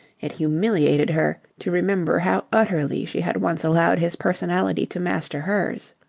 it humiliated her to remember how utterly she had once allowed his personality to master hers.